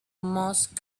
most